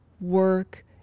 work